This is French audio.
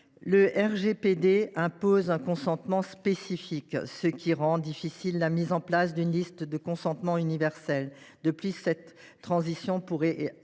Le RGPD impose un consentement spécifique, ce qui rend difficile la mise en place d’une liste de consentement universelle. De plus, cette transition pourrait